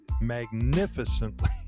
magnificently